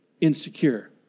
insecure